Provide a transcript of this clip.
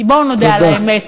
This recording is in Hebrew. כי בואו נודה על האמת: